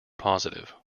positive